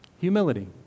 Humility